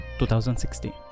2016